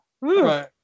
right